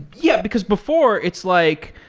yeah. because before it's like,